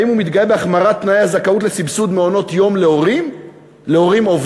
האם הוא מתגאה בהחמרת תנאי הזכאות לסבסוד מעונות-יום להורים עובדים?